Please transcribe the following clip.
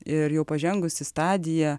ir jau pažengusi stadija